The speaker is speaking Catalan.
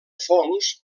fongs